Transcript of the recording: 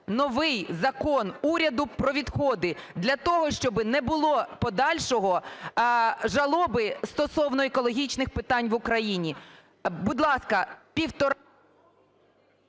новий Закон уряду "Про відходи", для того щоб не було подальшої жалоби стосовно екологічних питань в Україні? Будь ласка… ГОЛОВУЮЧИЙ.